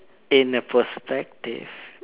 in a perspective